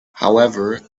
however